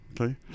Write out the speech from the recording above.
okay